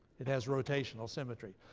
it has rotational symmetry.